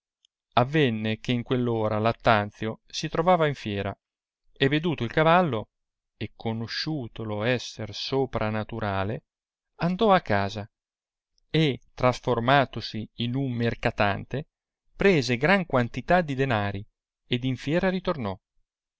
avenne che in quell ora lattanzio si trovava in fiera e veduto il cavallo e conosciutolo esser sopra naturale andò a casa e trasformatosi in un mercatante prese gran quantità di denari ed in fiera ritornò